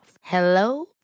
Hello